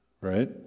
right